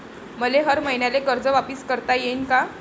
मले हर मईन्याले कर्ज वापिस करता येईन का?